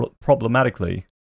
problematically